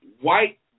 white